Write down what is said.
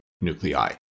nuclei